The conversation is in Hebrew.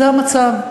זה המצב.